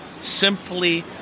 Simply